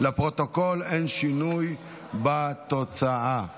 להלן תוצאות